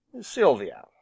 Sylvia